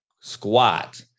squat